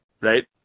right